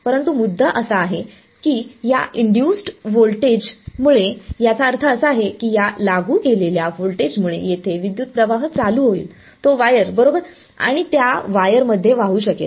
परंतु मुद्दा असा आहे की येथे या इंड्युसड् व्होल्टेजमुळे याचा अर्थ असा आहे की या लागू केलेल्या व्होल्टेजमुळे येथे विद्युतप्रवाह चालू होईल तो वायर बरोबर आणि त्या वायर मध्ये वाहू शकेल